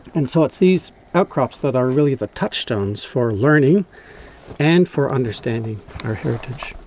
and so it's these outcrops that are really the touchstones for learning and for understanding our heritage.